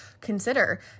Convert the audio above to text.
consider